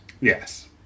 Yes